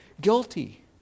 guilty